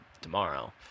tomorrow